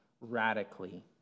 radically